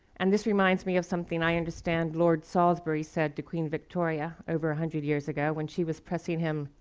and this reminds me of something i understand lord salisbury said to queen victoria over a hundred years ago, when she was pressing him,